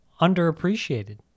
underappreciated